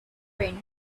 wind